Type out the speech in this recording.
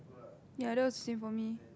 ya that was the same for me